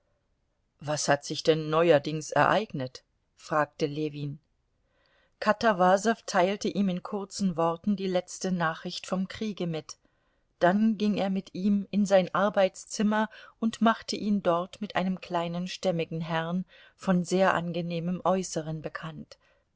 was hat sich denn neuerdings ereignet fragte ljewin katawasow teilte ihm in kurzen worten die letzte nachricht vom kriege mit dann ging er mit ihm in sein arbeitszimmer und machte ihn dort mit einem kleinen stämmigen herrn von sehr angenehmem äußern bekannt